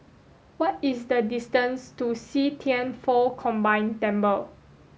what is the distance to See Thian Foh Combined Temple